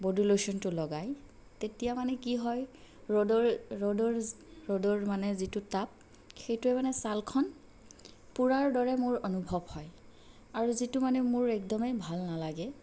body লোচনটো লগাই তেতিয়া মানে কি হয় ৰ'দৰ ৰ'দৰ ৰ'দৰ মানে যিটো তাপ সেইটোৱে মানে ছালখন পোৰাৰ দৰে মোৰ অনুভৱ হয় আৰু যিটো মানে মোৰ একদমেই ভাল নেলাগে